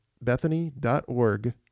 bethany.org